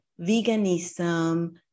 veganism